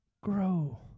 grow